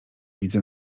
widzę